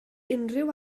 unrhyw